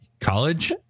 College